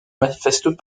manifestent